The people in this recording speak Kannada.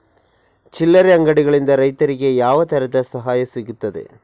ಚಿಲ್ಲರೆ ಅಂಗಡಿಗಳಿಂದ ರೈತರಿಗೆ ಯಾವ ತರದ ಸಹಾಯ ಸಿಗ್ತದೆ?